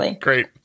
great